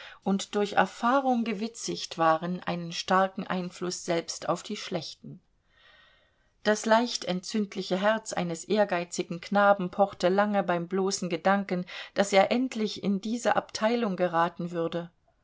und durch erfahrung gewitzigt waren einen starken einfluß selbst auf die schlechten das leicht entzündliche herz eines ehrgeizigen knaben pochte lange beim bloßen gedanken daß er endlich in diese abteilung geraten würde